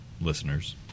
listeners